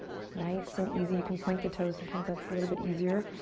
nice and easy, you can point the toes. sometimes that's a little bit easier.